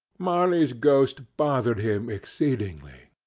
marley's ghost bothered him exceedingly.